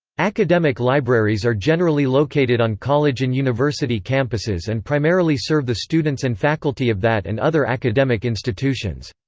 academic libraries are generally located on college and university campuses and primarily serve the students and faculty of that and other academic institutions.